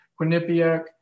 Quinnipiac